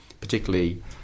particularly